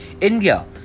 India